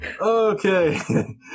Okay